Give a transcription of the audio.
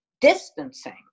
distancing